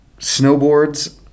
snowboards